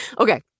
Okay